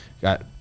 got